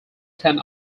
ten